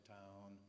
town